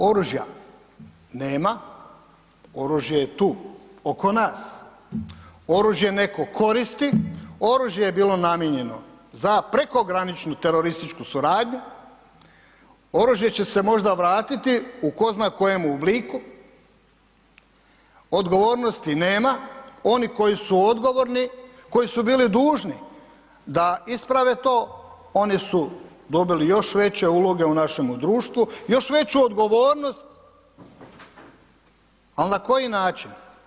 Oružja nema, oružje je tu oko nas, oružje netko koristi, oružje je bilo namijenjeno za prekograničnu terorističku suradnju, oružje će se možda vratiti u tko zna kojemu obliku, odgovornosti nema, oni koji su odgovorni, koji su bili dužni da isprave to, oni su dobili još veće uloge u našemu društvu, još veću odgovornost, al na koji način?